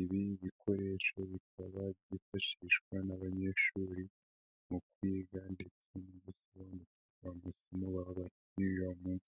Ibi bikoresho bikaba byifashishwa n'abanyeshuri mu kwiga ndetse no gusaba amafaranga.